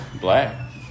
black